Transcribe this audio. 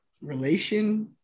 relation